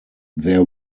there